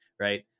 right